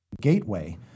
gateway